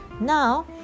Now